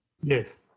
Yes